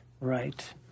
Right